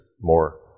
more